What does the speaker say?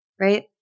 right